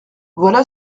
voilà